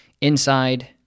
inside